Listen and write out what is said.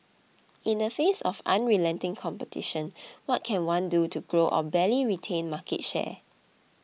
in the face of unrelenting competition what can one do to grow or barely retain market share